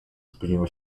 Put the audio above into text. spóźniło